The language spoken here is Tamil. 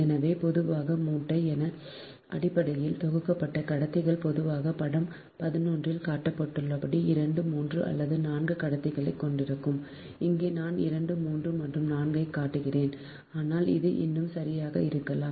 எனவே பொதுவாக மூட்டை எனவே அடிப்படையில் தொகுக்கப்பட்ட கடத்திகள் பொதுவாக படம் 11 இல் காட்டப்பட்டுள்ளபடி 2 3 அல்லது 4 கடத்திகளைக் கொண்டிருக்கும் இங்கே நான் 2 3 அல்லது 4 ஐக் காட்டுகிறேன் ஆனால் அது இன்னும் சரியாக இருக்கலாம்